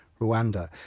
Rwanda